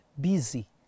busy